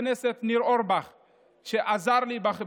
בנוסף, אין בחוק